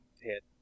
hit